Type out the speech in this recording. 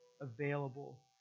available